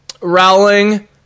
Rowling